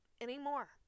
anymore